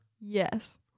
Yes